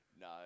No